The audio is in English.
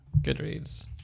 Goodreads